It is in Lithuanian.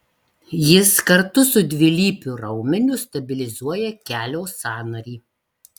jis kartu su dvilypiu raumeniu stabilizuoja kelio sąnarį